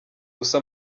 gusa